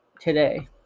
today